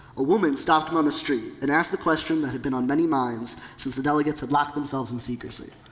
a woman stopped him on the street and asked the question that had been on many minds since the delegates had locked themselves in secrecy,